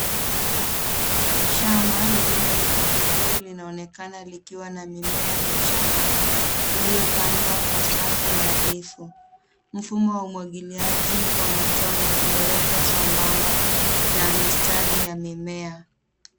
Shamba lililo limwa vizuri lina onekana likiwa na mimea michanga iliyo pandwa kwa safu nadhifu. Mfumo wa umwagiliaji wa matone umewekwa sambasamba na mistari ya mimea.